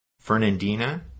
Fernandina